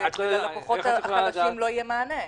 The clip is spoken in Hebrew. ואילו ללקוחות החלשים לא יהיה מענה?